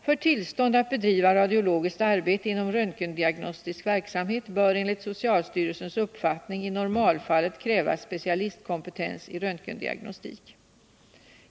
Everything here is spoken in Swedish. För tillstånd att bedriva radiologiskt arbete inom röntgendiagnostisk verksamhet bör enligt socialstyrelsens uppfattning i normalfallet krävas specialistkompetens i röntgendiagnostik.